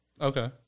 Okay